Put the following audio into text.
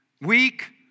weak